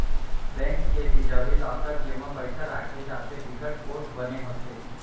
bank के तिजोरी, locker जेमा पइसा राखे जाथे बिकट पोठ बने होथे